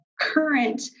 current